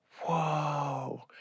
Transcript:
whoa